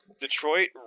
Detroit